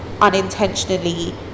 unintentionally